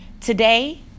Today